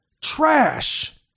trash